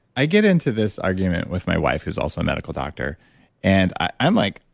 i get into this argument with my wife who's also a medical doctor and i'm like,